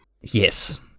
Yes